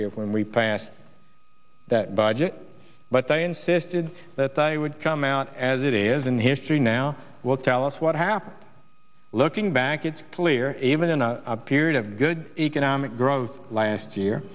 year when we passed the budget but they insisted that they would come out as it is in history now will tell us what happened looking back it's clear even in a period of good economic growth last year